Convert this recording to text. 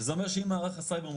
זה אומר שאם מערך הסייבר,